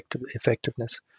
effectiveness